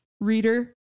reader